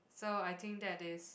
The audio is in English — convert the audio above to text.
so I think that is